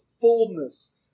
fullness